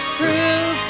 proof